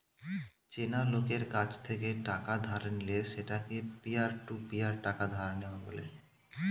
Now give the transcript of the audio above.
চেনা লোকের কাছ থেকে টাকা ধার নিলে সেটাকে পিয়ার টু পিয়ার টাকা ধার নেওয়া বলে